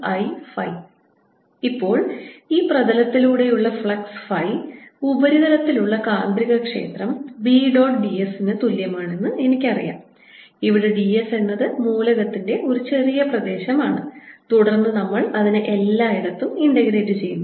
LI12Iϕ ഇപ്പോൾ ഈ പ്രതലത്തിലൂടെയുള്ള ഫ്ലക്സ് ഫൈ ഉപരിതലത്തിലുള്ള കാന്തികക്ഷേത്രം B ഡോട്ട് d s ന് തുല്യമാണെന്ന് എനിക്കറിയാം ഇവിടെ d s എന്നത് മൂലകത്തിന്റെ ചെറിയ പ്രദേശം ആണ് തുടർന്ന് നമ്മൾ അതിനെ എല്ലായിടത്തും ഇൻ്റഗ്രറ്റ് ചെയ്യുന്നു